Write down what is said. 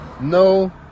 no